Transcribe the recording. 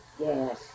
Yes